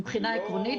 מבחינה עקרונית,